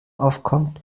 aufkommt